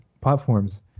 platforms